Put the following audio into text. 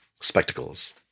spectacles